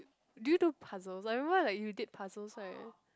do you do puzzle so everyone like you did puzzle so I